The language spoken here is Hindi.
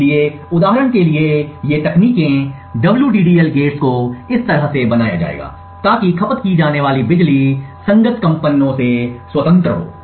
इसलिए उदाहरण के लिए ये तकनीकें WDDL गेट्स को इस तरह से बनाया जाएगा ताकि खपत की जाने वाली बिजली संगत कंपनों से स्वतंत्र हो